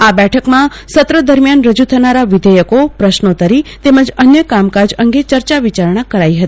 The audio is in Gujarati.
આ બેઠકમાં સત્ર દરમિયાન રજુ થનારા વિષેયકો પ્રશ્નોતરી તેમજ અન્ય કામકાજ અંગે ચર્ચા વિચારણા થઇ હતી